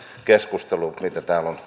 keskustelu mitä täällä on